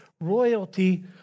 royalty